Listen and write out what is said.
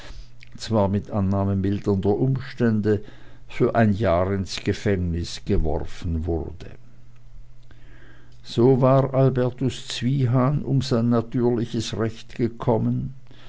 zwar mit annahme mildernder umstände für ein jahr ins gefängnis geworfen wurde so war albertus zwiehan um sein natürliches recht gekommen